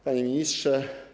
Panie Ministrze!